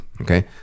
okay